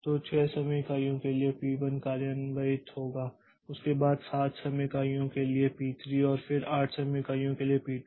तो 6 समय इकाइयों के लिए पी1 कार्यान्वित होगा उसके बाद 7 समय इकाइयों के लिए पी3 और फिर 8 समय इकाइयों के लिए पी2